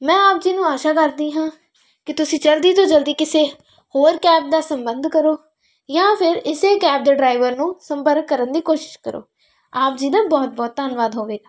ਮੈਂ ਆਪ ਜੀ ਨੂੰ ਆਸ਼ਾ ਕਰਦੀ ਹਾਂ ਕਿ ਤੁਸੀਂ ਜਲਦੀ ਤੋਂ ਜਲਦੀ ਕਿਸੇ ਹੋਰ ਕੈਬ ਦਾ ਸੰਬੰਧ ਕਰੋ ਜਾਂ ਫਿਰ ਇਸੇ ਕੈਬ ਦੇ ਡਰਾਈਵਰ ਨੂੰ ਸੰਪਰਕ ਕਰਨ ਦੀ ਕੋਸ਼ਿਸ਼ ਕਰੋ ਆਪ ਜੀ ਦਾ ਬਹੁਤ ਬਹੁਤ ਧੰਨਵਾਦ ਹੋਵੇਗਾ